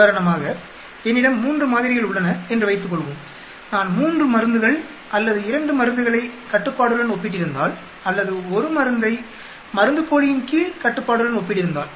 உதாரணமாக என்னிடம் 3 மாதிரிகள் உள்ளன என்று வைத்துக்கொள்வோம் நான் 3 மருந்துகள் அல்லது 2 மருந்துகளை கட்டுப்பாட்டுடன் ஒப்பிட்டிருந்தால் அல்லது 1 மருந்தை மருந்துப்போலியின் கீழ் கட்டுப்பாட்டுடன் ஒப்பிட்டிருந்தால்